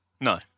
No